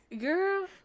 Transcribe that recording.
girl